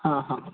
हांहां